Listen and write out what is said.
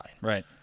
Right